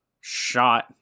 shot